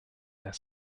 their